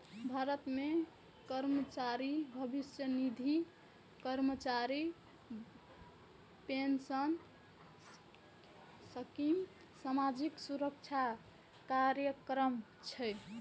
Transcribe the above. भारत मे कर्मचारी भविष्य निधि, कर्मचारी पेंशन स्कीम सामाजिक सुरक्षा कार्यक्रम छियै